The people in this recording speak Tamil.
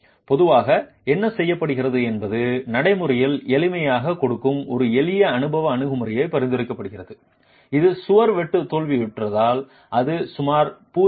பொதுவாக என்ன செய்யப்படுகிறது என்பது நடைமுறையின் எளிமையைக் கொடுக்கும் ஒரு எளிய அனுபவ அணுகுமுறை பரிந்துரைக்கப்படுகிறது இது சுவர் வெட்டு தோல்வியுற்றால் அது சுமார் 0